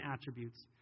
attributes